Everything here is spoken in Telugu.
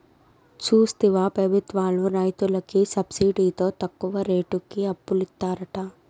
చూస్తివా పెబుత్వాలు రైతులకి సబ్సిడితో తక్కువ రేటుకి అప్పులిత్తారట